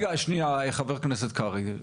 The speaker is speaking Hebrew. רגע, שנייה חה"כ קרעי.